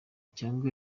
cyangwa